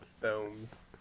films